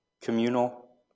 communal